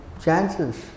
chances